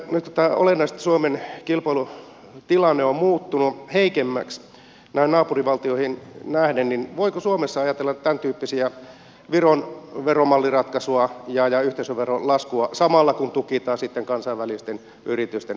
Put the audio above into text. nyt kun suomen kilpailutilanne on olennaisesti muuttunut heikommaksi näihin naapurivaltioihin nähden niin voiko suomessa ajatella tämäntyyppisiä viron veromalliratkaisua ja yhteisöveron laskua samalla kun tukitaan sitten kansainvälisten yritysten veronkiertomahdollisuuksia